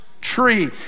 tree